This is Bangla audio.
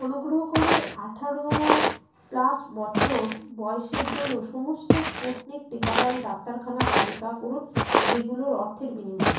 অনুগ্রহ করে আঠারো প্লাস বছর বয়েসের জন্য সমস্ত স্পুটনিক টিকাদান ডাক্তারখানার তালিকা করুন যেগুলোর অর্থের বিনিময়ে